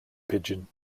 pigeon